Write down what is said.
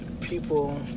people